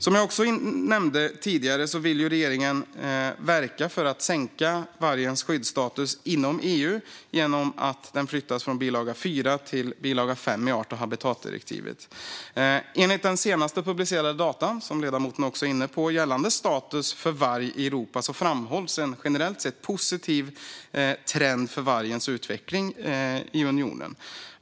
Som jag också nämnde tidigare vill regeringen verka för att sänka vargens skyddsstatus inom EU genom att den flyttas från bilaga 4 till bilaga 5 i art och habitatdirektivet. I de senaste publicerade data gällande status för varg i Europa, som ledamoten också var inne på, framhålls en generellt sett positiv trend för vargens utveckling i unionen.